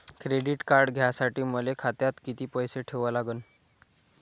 Credit card घ्यासाठी मले खात्यात किती पैसे ठेवा लागन?